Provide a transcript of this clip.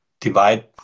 divide